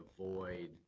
avoid